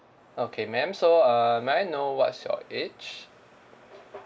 okay ma'am so err may I know what's your age